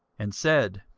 and said,